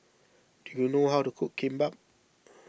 do you know how to cook Kimbap